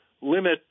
limit